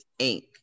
Inc